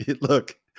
Look